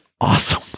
awesome